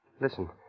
Listen